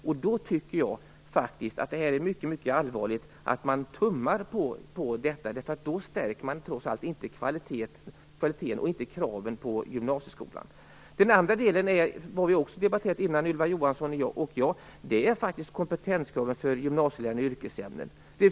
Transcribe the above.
Jag tycker att det är mycket allvarligt att man tummar på detta, därför att då stärker man trots allt inte kvaliteten och kraven på gymnasieskolan. Den andra delen, som Ylva Johansson och jag har debatterat tidigare, är kompetenskraven för gymnasielärare i yrkesämnen.